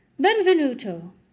Benvenuto